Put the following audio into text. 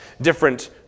different